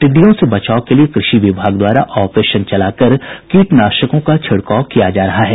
टिड्डियों से बचाव के लिए कृषि विभाग द्वारा ऑपरेशन चलाकर कीटनाशकों का छिड़काव किया जा रहा है